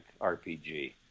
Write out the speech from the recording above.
RPG